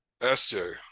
SJ